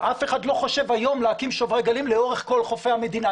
אף אחד לא חושב היום להקים שוברי גלים לאורך כל חופי המדינה.